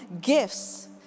gifts